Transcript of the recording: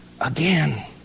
again